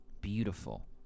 beautiful